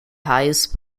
highest